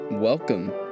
Welcome